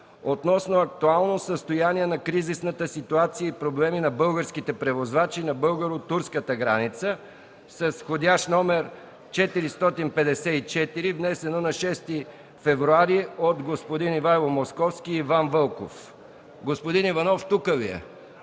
относно актуално състояние на кризисната ситуация и проблеми на българските превозвачи на бъгаро-турската граница, вх. № 454, внесено на 6 февруари 2014 г. от господин Ивайло Московски и Иван Вълков. Господин Иванов тук ли